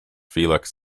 felix